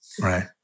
Right